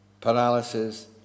paralysis